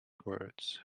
words